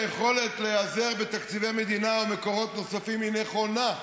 היכולת להיעזר בתקציבי מדינה ומקורות נוספים היא נכונה.